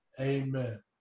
Amen